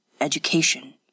Education